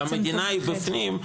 והמדינה בפנים,